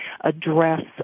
address